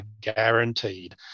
guaranteed